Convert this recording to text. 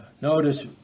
notice